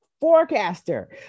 forecaster